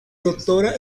doctora